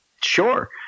Sure